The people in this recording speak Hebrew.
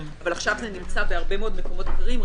אבל עכשיו זה נמצא בהרבה מאוד מקומות אחרים.